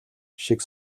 шиг